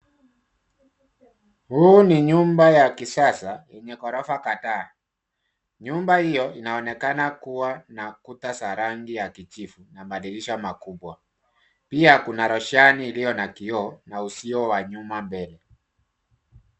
Huu ni nyumba ya kisasa yenye ghorofa kadhaa nyumba hiyo inaonekana kuwa na ukuta wa rangi ya kijivu na madirisha makubwa. Pia kuna roshani ilio na kioo na usio na nyuma mbele.